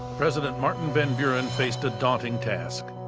president martin van buren faced a daunting task,